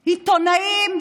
עיתונאים,